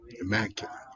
immaculate